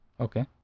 Okay